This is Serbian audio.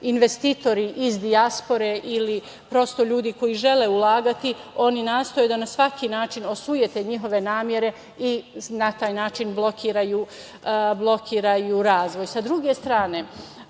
investitori iz dijaspore ili prosto ljudi koji žele ulagati, oni nastoje da na svaki način osujete njihove namere i na taj način blokiraju razvoj. Sa druge strane,